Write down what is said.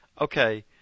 okay